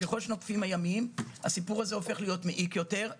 ככל שנוקפים הימים הסיפור הזה הופך להיות מעיק יותר.